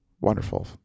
wonderful